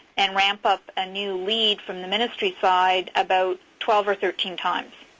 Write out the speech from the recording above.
and ramp up a new lead from the ministry side about twelve or thirteen times.